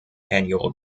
annual